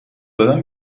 دادن